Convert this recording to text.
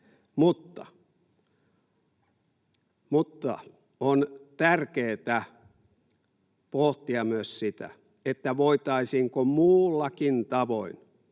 Mutta on tärkeätä pohtia myös sitä, voitaisiinko muullakin tavoin